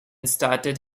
started